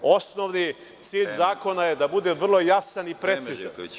Osnovni cilj zakona je da bude vrlo jasan i precizan.